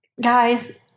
guys